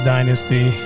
Dynasty